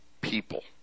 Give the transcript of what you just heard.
people